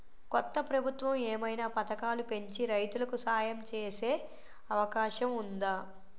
కొత్త ప్రభుత్వం ఏమైనా పథకాలు పెంచి రైతులకు సాయం చేసే అవకాశం ఉందా?